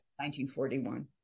1941